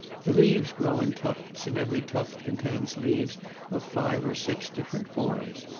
the leaves grow in tufts, and every tuft contains leaves of five or six different forms.